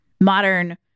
modern